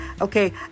Okay